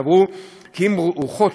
סברו כי עם הרוחות